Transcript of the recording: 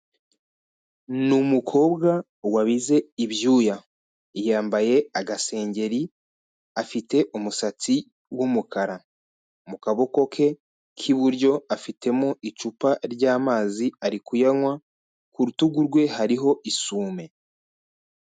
Ni umukobwa wabize ibyuya. Yambaye agasengeri, afite umusatsi w'umukara, mu kaboko ke k'iburyo afitemo icupa ry'amazi ari kuyanywa, ku rutugu rwe hariho isume.